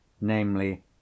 namely